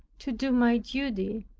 to do my duty.